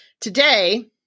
Today